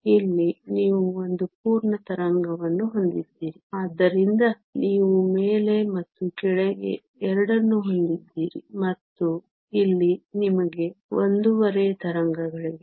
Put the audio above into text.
ಇಲ್ಲಿ ನೀವು ಒಂದು ಪೂರ್ಣ ತರಂಗವನ್ನು ಹೊಂದಿದ್ದೀರಿ ಆದ್ದರಿಂದ ನೀವು ಮೇಲೆ ಮತ್ತು ಕೆಳಗೆ ಎರಡನ್ನೂ ಹೊಂದಿದ್ದೀರಿ ಮತ್ತು ಇಲ್ಲಿ ನಿಮಗೆ ಒಂದೂವರೆ ತರಂಗಗಳಿವೆ